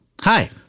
Hi